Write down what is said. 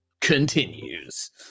continues